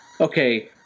okay